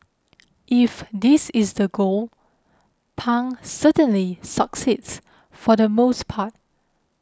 if this is the goal Pang certainly succeeds for the most part